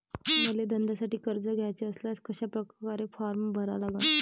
मले धंद्यासाठी कर्ज घ्याचे असल्यास कशा परकारे फारम भरा लागन?